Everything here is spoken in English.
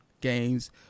games